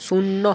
শূন্য